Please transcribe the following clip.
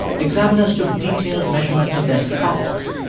examiners took detailed measurements of their skulls.